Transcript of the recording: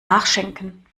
nachschenken